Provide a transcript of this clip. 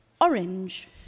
orange